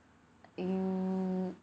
hmm